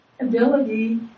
ability